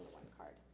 one card.